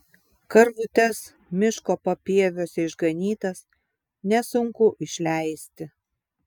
karvutes miško papieviuose išganytas nesunku išleisti